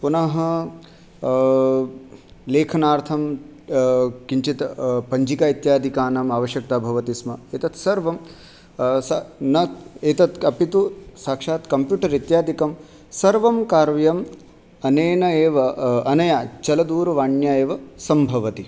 पुनः लेखनार्थं किञ्चित् पञ्जिका इत्यादिकानाम् आवश्यकता भवति स्म एतद् सर्वं सः न एतद् अपि तु साक्षात् कम्प्यूटर् इत्यादिकं सर्वं कार्यम् अनेन एव अनया चलदूरवाण्या एव सम्भवति